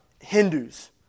Hindus